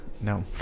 no